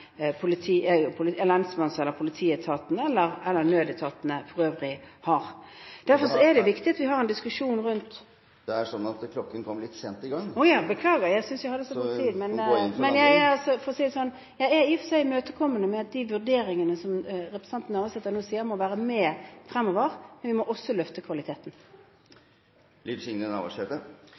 viktig at vi har en diskusjon rundt … Det er sånn at klokken kom litt sent i gang, så du må gå inn for landing. Å ja, beklager – jeg syntes jeg hadde så god tid. For å si det sånn, jeg er i og for seg imøtekommende til de vurderingene representanten Navarsete nå sier må være med fremover, men vi må også løfte